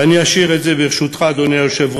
ואני אשאיר את זה, ברשותך, אדוני היושב-ראש,